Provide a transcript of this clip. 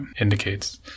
indicates